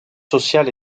social